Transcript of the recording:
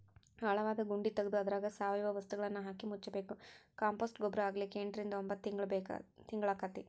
ಆಳವಾದ ಗುಂಡಿ ತಗದು ಅದ್ರಾಗ ಸಾವಯವ ವಸ್ತುಗಳನ್ನಹಾಕಿ ಮುಚ್ಚಬೇಕು, ಕಾಂಪೋಸ್ಟ್ ಗೊಬ್ಬರ ಆಗ್ಲಿಕ್ಕೆ ಎಂಟರಿಂದ ಒಂಭತ್ ತಿಂಗಳಾಕ್ಕೆತಿ